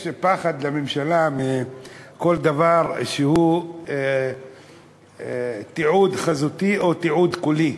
יש פחד לממשלה מכל דבר שהוא תיעוד חזותי או תיעוד קולי.